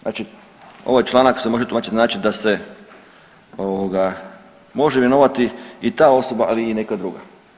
Znači, ovaj članak se može tumačiti na način da se može imenovati i ta osoba, ali i neka druga.